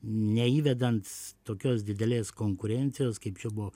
neįvedant tokios didelės konkurencijos kaip čia buvo